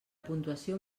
puntuació